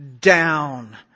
down